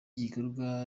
gikorwa